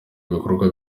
ibikorwa